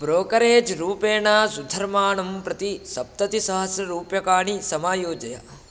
brokerage रूपेण सुधर्माणं प्रति सप्ततिसहस्ररूप्यकाणि समायोजय